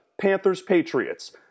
Panthers-Patriots